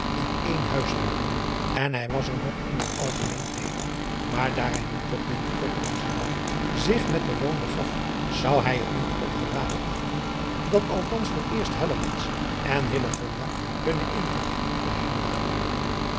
in één huis woonden en hij was er nog in het algemeen tegen maar daar hij nu toch binnen kort naar msterdam zich met er woon begaf zou hij het niet ongeraden achten dat althans vooreerst en hunnen intrek bij hem namen